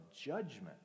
judgment